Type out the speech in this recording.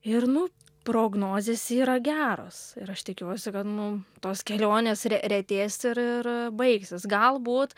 ir nu prognozės yra geros ir aš tikiuosi kad nu tos kelionės re retės ir ir baigsis galbūt